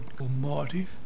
Almighty